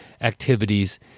activities